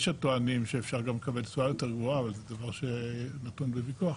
יש הטוענים שאפשר גם לקבל תשואה יותר גבוהה אבל זה דבר שנתון לוויכוח,